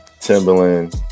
Timberland